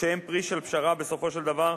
שהם פרי של פשרה בסופו של דבר,